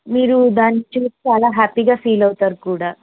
మీరు దాన్ని చూసి చాలా హ్యాపీ గా ఫీల్ అవుతారు కూడా